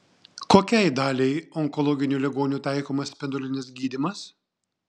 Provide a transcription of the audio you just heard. kokiai daliai onkologinių ligonių taikomas spindulinis gydymas